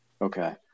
Okay